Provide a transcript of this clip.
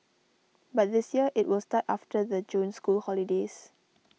but this year it will start after the June school holidays